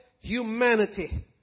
humanity